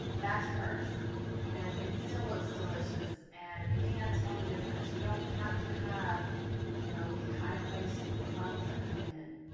that's hers and it still looks delicious and you can't tell the difference. you don't have to have you know the high-priced photographer come in.